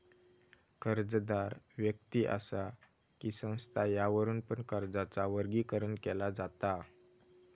कर्जदार व्यक्ति असा कि संस्था यावरुन पण कर्जाचा वर्गीकरण केला जाता